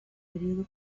periodo